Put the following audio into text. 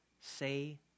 say